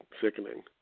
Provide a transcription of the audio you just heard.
sickening